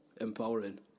Empowering